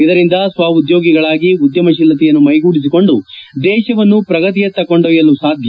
ಇದರಿಂದ ಸ್ವ ಉದ್ಯೋಗಿಗಳಾಗಿ ಉದ್ಯಮತೀಲತೆಯನ್ನು ಮೈಗೂಡಿಸಿಕೊಂಡು ದೇಶವನ್ನು ಪ್ರಗತಿಯತ್ತ ಕೊಂಡೊಯ್ಯಲು ಸಾಧ್ಯ